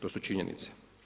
To su činjenice.